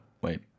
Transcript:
wait